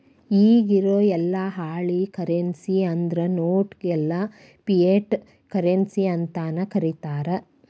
ಇಗಿರೊ ಯೆಲ್ಲಾ ಹಾಳಿ ಕರೆನ್ಸಿ ಅಂದ್ರ ನೋಟ್ ಗೆಲ್ಲಾ ಫಿಯಟ್ ಕರೆನ್ಸಿ ಅಂತನ ಕರೇತಾರ